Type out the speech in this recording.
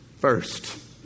first